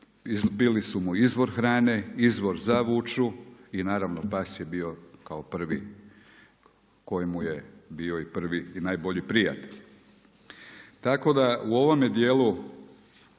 Bili su mu izvor hrane, izvor za vuču i naravno pas je bio kao prvi koji mu je bio i prvi i najbolji prijatelj.